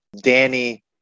Danny